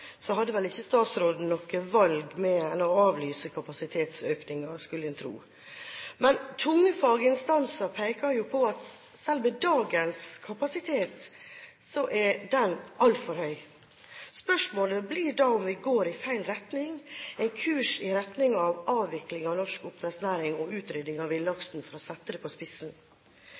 hadde vel ikke statsråden noe annet valg enn å avlyse kapasitetsøkningen, skulle en tro. Men tunge faginstanser peker på at selv dagens kapasitet er altfor høy. Spørsmålet blir da om vi går i feil retning – en kurs i retning av avvikling av norsk oppdrettsnæring og utrydding av villaksen, for å sette det på spissen.